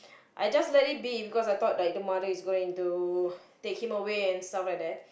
I just let it be because I thought like the mother is going to take him away and stuff like that